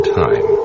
time